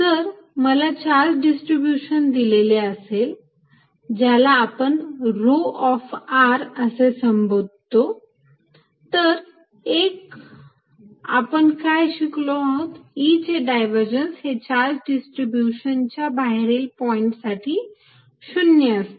जर मला charge distribution दिलेले असेल ज्याला आपण rho of r असे संबोधतो तर 1 आपण काय शिकलो आहोत E चे डायव्हर्जन्स हे चार्ज डिस्ट्रीब्यूशन च्या बाहेरील पॉइंट साठी 0 असते